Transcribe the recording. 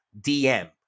DM